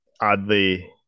oddly